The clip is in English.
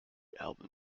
album